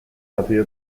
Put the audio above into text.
nacido